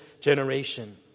generation